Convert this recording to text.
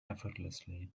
effortlessly